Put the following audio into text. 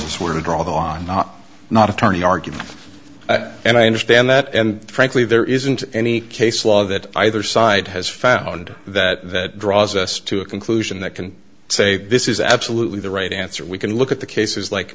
us where to draw the line not not attorney argument and i understand that and frankly there isn't any case law that either side has found that draws us to a conclusion that can say this is absolutely the right answer we can look at the cases like